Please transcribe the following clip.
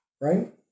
right